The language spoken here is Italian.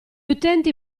utenti